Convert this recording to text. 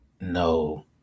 no